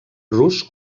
rus